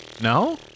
no